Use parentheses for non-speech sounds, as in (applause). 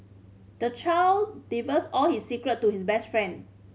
the child (unintelligible) all his secret to his best friend